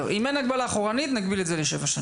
אם אין הגבלה אחורנית נגביל את זה לשבע שנים.